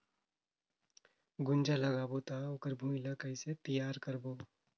गुनजा लगाबो ता ओकर भुईं ला कइसे तियार करबो?